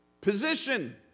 position